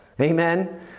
Amen